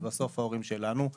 אלה בסוף ההורים שלנו.